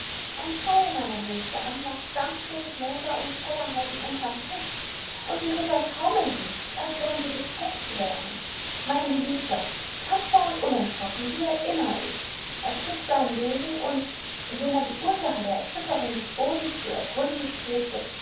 ein teil meiner hofdamen lag samt dem gläser und tellerhaufen unterm tisch und die ritter taumelten als wenn sie bezecht wären mein geliebter tapfer und unerschrocken wie er immer ist ergriff seinen degen und indem er die ursache der erschütterung des bodens zu ergründen strebte